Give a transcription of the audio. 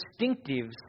distinctives